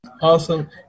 Awesome